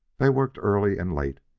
they worked early and late,